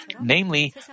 Namely